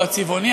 או הצבעוני,